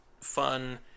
fun